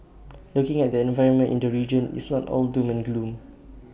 looking at the environment in the region it's not all doom and gloom